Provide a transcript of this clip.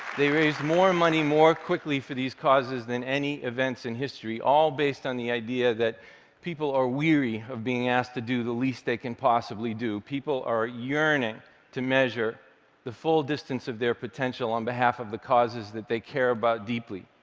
more and money more quickly for these causes than any events in history, all based on the idea that people are weary of being asked to do the least they can possibly do. people are yearning to measure the full distance of their potential on behalf of the causes that they care about deeply.